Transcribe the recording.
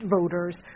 voters